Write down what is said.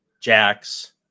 Jacks